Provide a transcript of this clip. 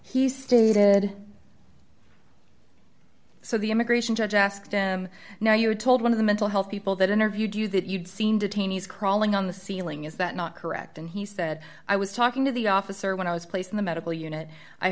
ahead so the immigration judge asked him now you were told one of the mental health people that interviewed you that you'd seen detainees crawling on the ceiling is that not correct and he said i was talking to the officer when i was placed in the medical unit i